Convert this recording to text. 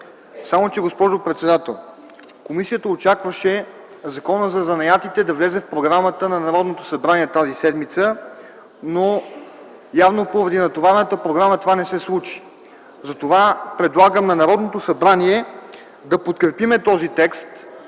отпадне. Госпожо председател, комисията очакваше Законът за занаятите да влезе в програмата на Народното събрание тази седмица, но явно поради натоварената програма това не се случи. Предлагам на Народното събрание да подкрепим този текст,